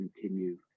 continue